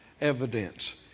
evidence